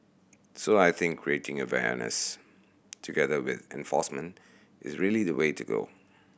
so I think creating awareness together with enforcement is really the way to go